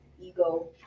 ego